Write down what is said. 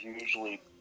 usually